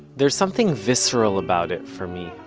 there's something visceral about it, for me,